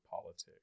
politics